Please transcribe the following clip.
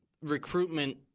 recruitment